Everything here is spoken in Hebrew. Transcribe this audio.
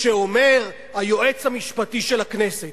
כשאומר היועץ המשפטי של הכנסת,